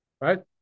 Right